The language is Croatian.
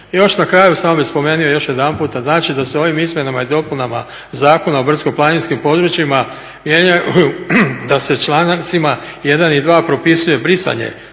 još na kraju samo bih spomenuo još jedanputa, znači da se ovim izmjenama i dopunama Zakona o brdsko-planinskim područjima mijenjanju, da se člancima 1. i 2. propisuje brisanje